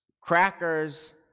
crackers